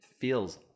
feels